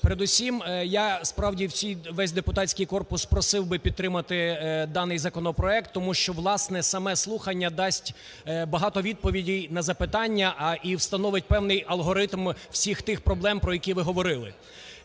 Передусім я справді весь депутатський корпус просив би підтримати даний законопроект, тому що, власне, саме слухання дасть багато відповідей на запитання і встановить певний алгоритм всіх тих проблем, про які ви говорили.